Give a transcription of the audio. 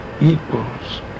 equals